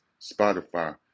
Spotify